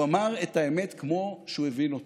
הוא אמר את האמת כמו שהוא הבין אותה.